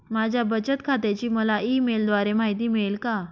माझ्या बचत खात्याची मला ई मेलद्वारे माहिती मिळेल का?